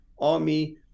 army